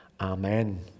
Amen